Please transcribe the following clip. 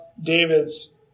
David's